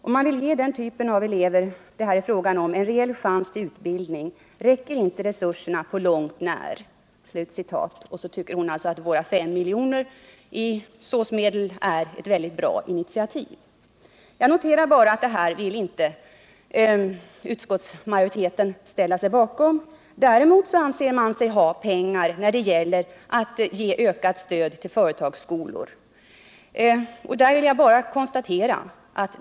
Om man vill ge den typ av elever det här är frågan om en reell chans till utbildning räcker inte resurserna på långt när.” Hon tycker att våra fem miljoner i SÅS-medel är ett mycket bra initiativ. Jag noterar bara att utskottsmajoriteten inte vill ställa sig bakom det förslaget. Däremot anser man sig ha pengar när det gäller att ge ökat stöd till företagsskolor.